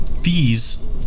fees